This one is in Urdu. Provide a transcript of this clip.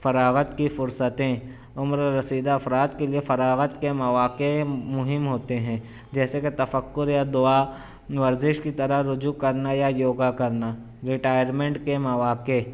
فراغت کی فرصتیں عمر رسیدہ افراد کے لیے فراغت کے مواقع مہم ہوتے ہیں جیسے کہ تفکر یا دعا ورزش کی طرح رجوع کرنا یا یوگا کرنا رٹائرمنٹ کے مواقع